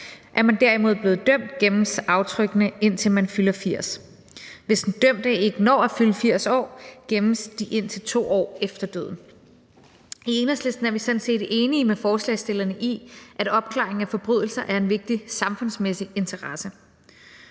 Er man derimod blevet dømt, gemmes aftrykkene, indtil man fylder 80 år. Hvis den dømte ikke når at fylde 80 år, gemmes de indtil 2 år efter døden. I Enhedslisten er vi sådan set enige med forslagsstillerne i, at opklaring af forbrydelser er en vigtig samfundsmæssig interesse.